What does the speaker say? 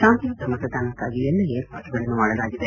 ಶಾಂತಿಯುತ ಮತದಾನಕ್ಕಾಗಿ ಎಲ್ಲಾ ಏರ್ಪಾಡುಗಳನ್ನು ಮಾಡಲಾಗಿದೆ